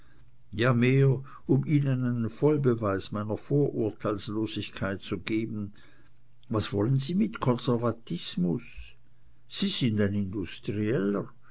ja mehr um ihnen einen vollbeweis meiner vorurteilslosigkeit zu geben was wollen sie mit konservatismus sie sind ein industrieller